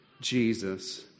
Jesus